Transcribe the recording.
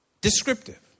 Descriptive